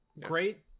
great